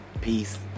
Peace